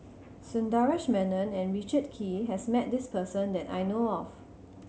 Sundaresh Menon and Richard Kee has met this person that I know of